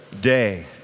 day